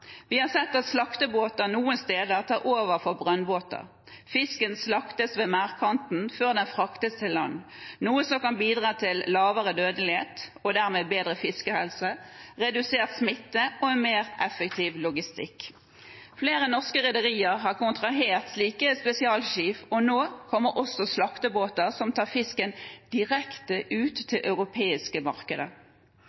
Vi har sett at slaktebåter noen steder tar over for brønnbåter – fisken slaktes ved merdkanten før den fraktes til land, noe som kan bidra til lavere dødelighet og dermed bedre fiskehelse, redusert smitte og en mer effektiv logistikk. Flere norske rederier har kontrahert slike spesialskip, og nå kommer også slaktebåter som tar fisken direkte ut